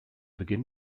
beginn